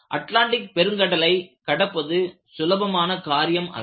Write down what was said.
Atlantic பெருங்கடலை கடப்பது சுலபமான காரியமல்ல